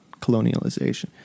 colonialization